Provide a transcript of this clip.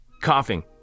coughing